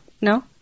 No